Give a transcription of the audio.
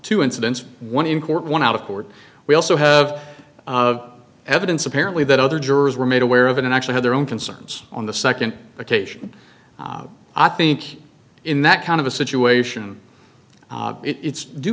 two incidents one in court one out of court we also have of evidence apparently that other jurors were made aware of and actually had their own concerns on the second occasion i think in that kind of a situation and its due